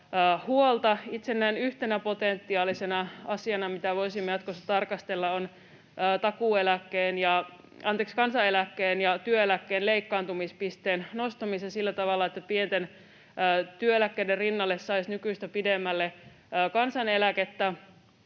huolta. Itse näen yhtenä potentiaalisena asiana, mitä voisimme jatkossa tarkastella, kansaneläkkeen ja työeläkkeen leikkaantumispisteen nostamisen sillä tavalla, että pienten työeläkkeiden rinnalle saisi nykyistä pidemmälle kansaneläkettä.